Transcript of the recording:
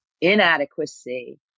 inadequacy